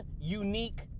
unique